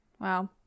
Wow